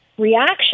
reaction